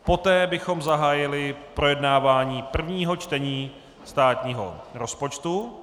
Poté bychom zahájili projednávání prvního čtení státního rozpočtu.